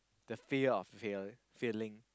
the fear of fail failing